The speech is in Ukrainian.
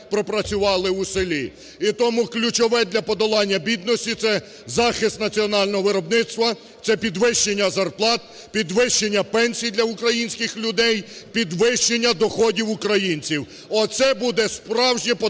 пропрацювали в селі. І тому ключове для подолання бідності – це захист національного виробництва, це підвищення зарплат, підвищення пенсій для українських людей, підвищення доходів українців. Оце буде справжнє подолання